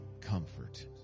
comfort